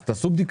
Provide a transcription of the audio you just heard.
אז תעשו בדיקה,